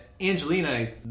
Angelina